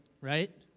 right